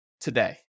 today